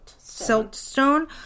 Siltstone